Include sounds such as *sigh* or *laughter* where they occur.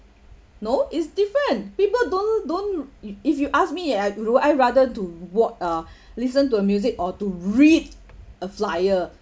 no it's different people don't don't you i~ if you ask me ah would I rather to wat~ uh *breath* listen to a music or to read a flyer